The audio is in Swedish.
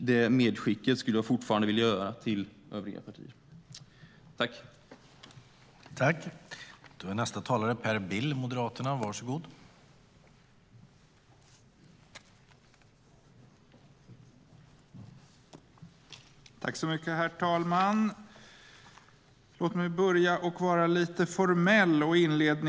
Det medskicket vill jag fortfarande göra till övriga partier.